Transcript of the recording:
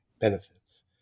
benefits